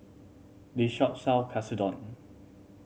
this shop sell Katsudon